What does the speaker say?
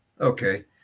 okay